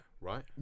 right